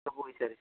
ସବୁ ହୋଇସାରିଛି ସାର୍